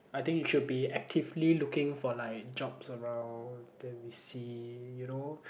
I think you should be actively looking for like jobs around then you see you know